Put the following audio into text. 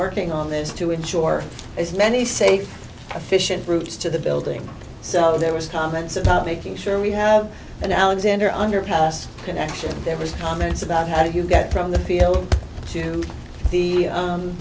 working on this to ensure as many safe efficient groups to the building so there was comments about making sure we have an alexander underpass connection there was comments about how do you get from the field to the